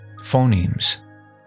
phonemes